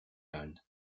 kind